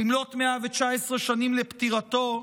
במלאת 119 שנים לפטירתו,